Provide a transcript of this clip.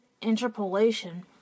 interpolation